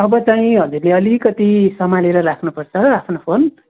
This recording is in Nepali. अब चाहिँ हजुरले अलिकति सम्हालेर राख्नु पर्छ आफ्नो फोन